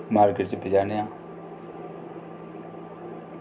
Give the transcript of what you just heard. market च पजाने आं